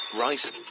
rice